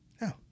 No